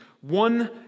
One